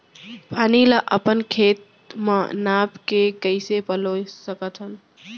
पानी ला अपन खेत म नाप के कइसे पलोय सकथन?